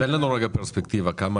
יש